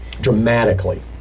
dramatically